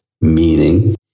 meaning